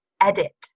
edit